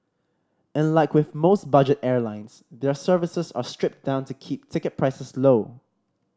and like with most budget airlines their services are stripped down to keep ticket prices low